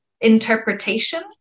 interpretation